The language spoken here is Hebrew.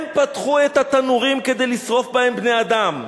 הם פתחו את התנורים כדי לשרוף בהם בני-אדם.